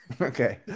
okay